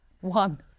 One